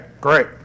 great